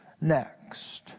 next